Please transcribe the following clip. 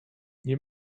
nie